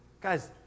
guys